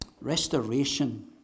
Restoration